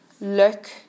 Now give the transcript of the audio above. look